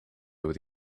with